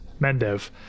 Mendev